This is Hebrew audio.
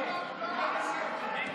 אתה קובע.